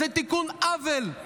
זה תיקון עוול.